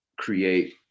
create